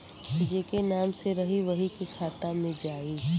जेके नाम से रही वही के खाता मे जाई